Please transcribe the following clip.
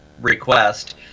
request